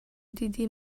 دیدی